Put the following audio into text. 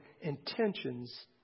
intentions